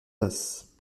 tasses